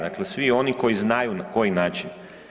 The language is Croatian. Dakle, svi oni koji znaju na koji način.